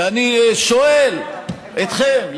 ואני שואל אתכם,